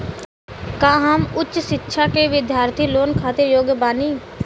का हम उच्च शिक्षा के बिद्यार्थी लोन खातिर योग्य बानी?